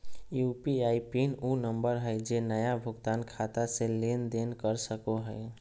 UPI PIN उ number हइ जे नया भुगतान खाता से लेन देन कर सको हइ